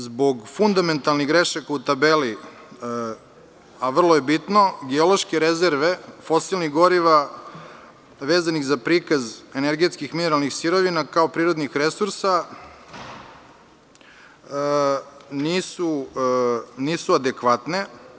Zbog fundamentalnih grešaka u tabeli, a vrlo je bitno geološke rezerve fosilnih goriva vezanih za prikaz energetskih mineralnih sirovina kao prirodnih resursa nisu adekvatne.